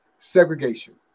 Segregation